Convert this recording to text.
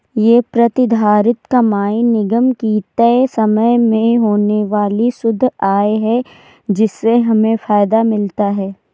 ये प्रतिधारित कमाई निगम की तय समय में होने वाली शुद्ध आय है जिससे हमें फायदा मिलता है